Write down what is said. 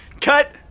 Cut